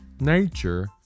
Nature